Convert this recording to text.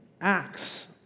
Acts